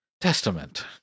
Testament